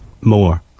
More